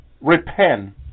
repent